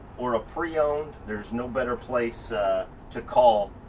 or a pre-owned. there's no better place to call.